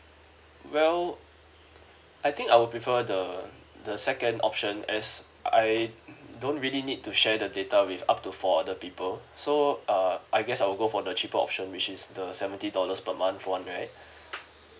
well I think I will prefer the the second option as I don't really need to share the data with up to four other people so uh I guess I will go for the cheaper option which is the seventy dollars per month [one] right